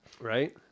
Right